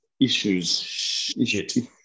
issues